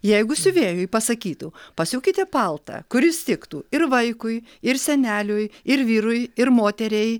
jeigu siuvėjui pasakytų pasiūkite paltą kuris tiktų ir vaikui ir seneliui ir vyrui ir moteriai